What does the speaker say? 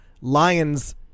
lions